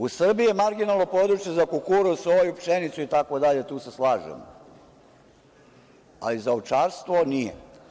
U Srbiji je marginalno područje za kukuruz, soju, pšenicu, itd, tu se slažemo, ali za ovčarstvo nije.